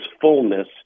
fullness